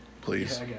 please